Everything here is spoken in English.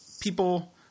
people